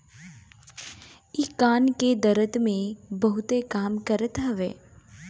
इ कान के दरद में बहुते काम करत हवे